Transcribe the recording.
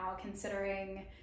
considering